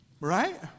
right